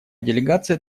делегация